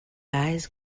eyes